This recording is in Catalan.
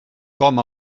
com